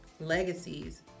legacies